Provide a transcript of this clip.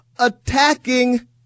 Attacking